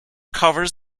covers